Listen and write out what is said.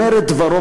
אומר את דברו,